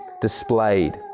displayed